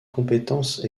compétences